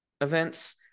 events